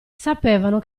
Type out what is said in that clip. sapevano